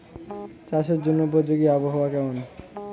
চাষের জন্য উপযোগী আবহাওয়া কেমন?